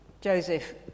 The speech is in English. Joseph